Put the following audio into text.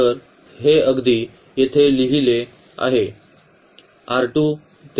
तर हे अगदी येथे लिहिले आहे आणि